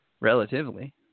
Relatively